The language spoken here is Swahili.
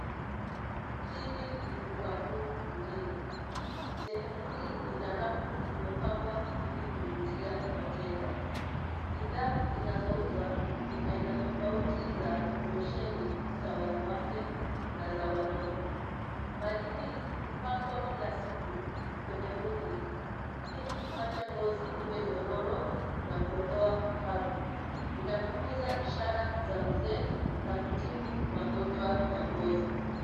Hili ni duka kuu mjini. Sehemu hii ina rafu iliyopambwa ili kuvutia wateja. Bidhaa zinazouzwa ni aina tofauti za losheni za wanawake na za wanaume. Mali hii hupakwa kila siku kwenye mwili ili kufanya ngozi iwe nyororo na kuondoa ukavu. Inapunguza ishara za uzee na kutibu magonjwa ya ngozi.